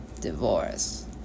Divorce